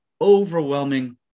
overwhelming